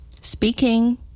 Speaking